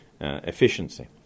efficiency